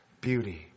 beauty